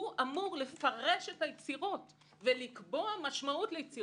אמור לפרש את היצירות ולקבוע משמעות להן,